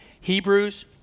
Hebrews